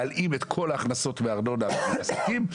להלאים את כל ההכנסות מארנונה לעסקים,